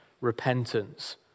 repentance